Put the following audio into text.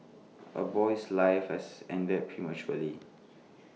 A boy's life has ended prematurely